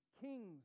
kings